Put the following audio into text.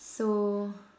so